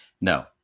No